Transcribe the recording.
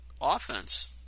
offense